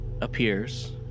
appears